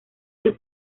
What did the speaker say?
del